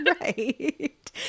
right